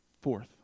Fourth